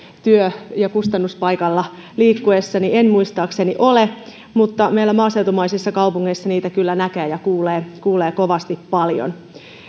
työ ja kustannuspaikalla liikkuessani en muistaakseni ole mutta meillä maaseutumaisissa kaupungeissa niitä kyllä näkee ja kuulee kuulee kovasti paljon